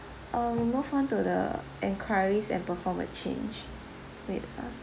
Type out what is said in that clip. uh we move on to the enquiries and perform a change wait ah